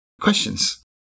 questions